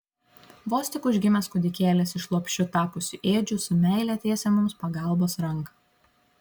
vos tik užgimęs kūdikėlis iš lopšiu tapusių ėdžių su meile tiesia mums pagalbos ranką